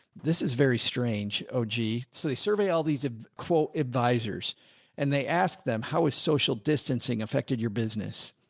this is very strange. oh gee. so they survey all these quote advisors and they ask them, how is social distancing effected your business?